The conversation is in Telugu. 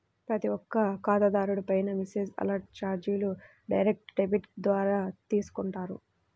ప్రతి ఒక్క ఖాతాదారుడిపైనా మెసేజ్ అలర్ట్ చార్జీలు డైరెక్ట్ డెబిట్ ద్వారా తీసుకుంటారు